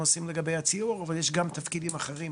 עושים לגבי ה- - אבל יש גם תפקידים אחרים,